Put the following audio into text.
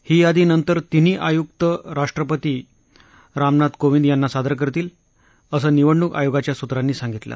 ही यादी नंतर तिन्ही आयुक्त राष्ट्रपती रामनाथ कोविंद यांना सादर करतील असं निवडणूक आयोगाच्या सूत्रांनी सांगितलं